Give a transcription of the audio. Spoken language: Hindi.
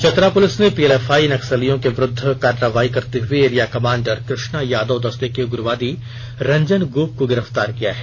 चतरा पुलिस ने पीएलएफआई नक्सलियों के विरुद्ध कार्रवाई करते हुए एरिया कमांडर कृष्णा यादव दस्ते के उग्रवादी रंजन गोप को गिरफ्तार किया है